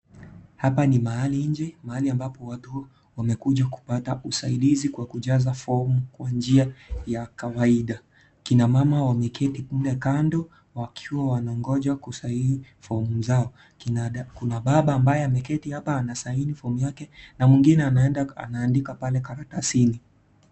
Hapa ni mahali nje mahali ambapo watu wamekuja kupata usaidizi kwa tujaza fomu kwa njia ya kawaida. Kina mama wameketi mle kando, wakiwa wanangoja kusaini fomu zao. kuna baba ambaye ameketi hapa anasaini fomu yake, na mwingine anaandika pale karatasini.